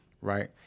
right